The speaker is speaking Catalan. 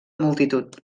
multitud